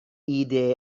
ایده